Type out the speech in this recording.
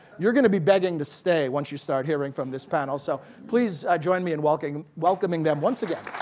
you're going to be begging to stay once you start hearing from this panel. so please join me in welcoming welcoming them once again.